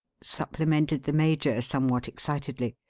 supplemented the major somewhat excitedly.